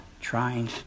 trying